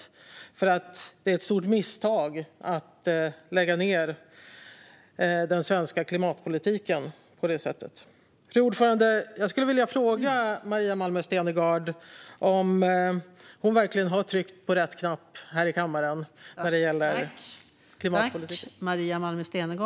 Man menar att det är ett stort misstag att lägga ned den svenska klimatpolitiken på det sättet. Fru talman! Jag skulle vilja fråga Maria Malmer Stenergard om hon verkligen har tryckt på rätt knapp här i kammaren när det gäller klimatpolitiken.